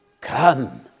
come